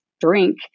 drink